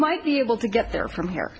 might be able to get there from here